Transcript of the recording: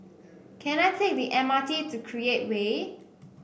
can I take the M R T to Create Way